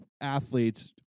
athletes